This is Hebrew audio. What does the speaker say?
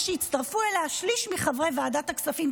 שהצטרפו אליה שליש מחברי ועדת הכספים,